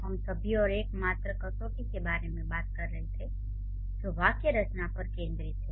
हम सभी और एकमात्र कसौटी के बारे में बात कर रहे थे जो वाक्य रचना पर केंद्रित है